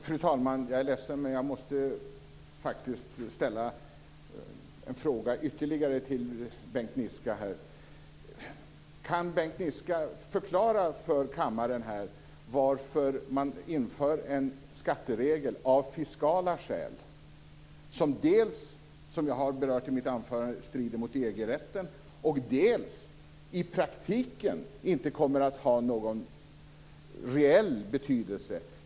Fru talman! Jag är ledsen, men jag måste faktiskt ställa ytterligare en fråga till Bengt Niska. Kan Bengt Niska förklara för kammaren varför man inför en skatteregel av fiskala skäl som dels, som jag har berört i mitt anförande, strider mot EG-rätten, dels i praktiken inte kommer att ha någon reell betydelse?